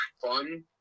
fun